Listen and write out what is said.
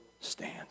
stand